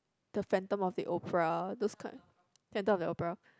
the Phantom-of-the-Opera those kind Phantom-of-the-Opera